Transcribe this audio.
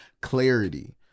Clarity